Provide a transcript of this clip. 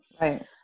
Right